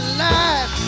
life